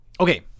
okay